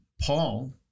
Paul